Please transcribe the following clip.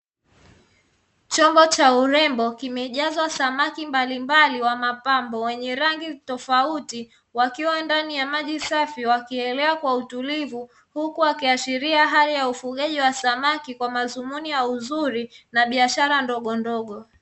Chombo cha urembo kimejazwa samaki mbalimbali wa mapambo wenye rangi tofauti, wakiwa ndani ya maji safi wakielea kwa utulivu huku wakiashiria hali ya ufugaji wa samaki kwa madhumuni ya uzuri na biashara ndogondogo.